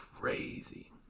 crazy